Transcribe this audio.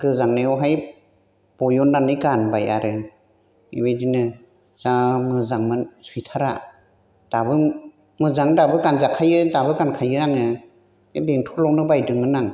गोजांनायावहाय बयननानै गानबाय आरो बेबायदिनो जा मोजांमोन सुइटारा दाबो मोजां दाबो गानजाखायो दाबो गानखायो आंङो बे बेंथलावनो बायदोंमोन आं